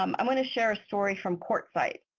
um i want to share a story from court scythe.